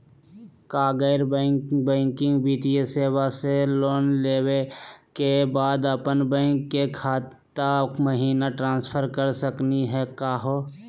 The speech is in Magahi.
का गैर बैंकिंग वित्तीय सेवाएं स लोन लेवै के बाद अपन बैंको के खाता महिना ट्रांसफर कर सकनी का हो?